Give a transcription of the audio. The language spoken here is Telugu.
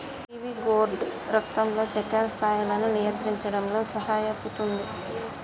పీవీ గోర్డ్ రక్తంలో చక్కెర స్థాయిలను నియంత్రించడంలో సహాయపుతుంది